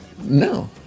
no